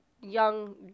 young